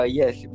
yes